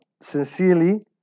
sincerely